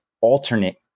alternate